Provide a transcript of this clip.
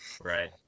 Right